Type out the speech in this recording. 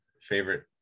favorite